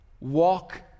walk